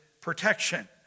Protection